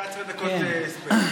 ב-11 דקות הספק.